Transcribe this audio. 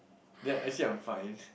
that actually I'm fine